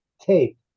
tape